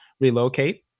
relocate